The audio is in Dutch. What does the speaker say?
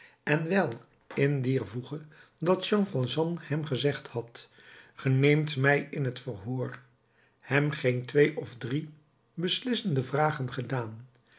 en wel in dier voege dat jean valjean hem gezegd had ge neemt mij in t verhoor hem geen twee of drie beslissende vragen gedaan